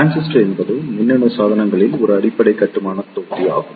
transistor என்பது மின்னணு சாதனங்களில் ஒரு அடிப்படை கட்டுமானத் தொகுதி ஆகும்